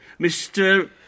Mr